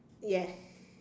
yes